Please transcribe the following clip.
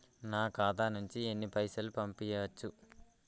నా ఖాతా నుంచి ఎన్ని పైసలు పంపించచ్చు?